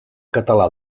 català